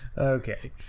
Okay